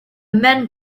men